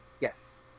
Yes